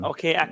Okay